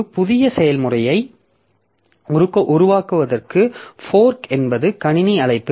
ஒரு புதிய செயல்முறையை உருவாக்குவதற்கு ஃபோர்க் என்பது கணினி அழைப்பு